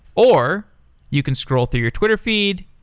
or you can scroll through your twitter feed,